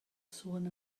sôn